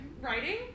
Writing